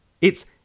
It's